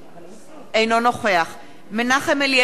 אינו נוכח מנחם אליעזר מוזס,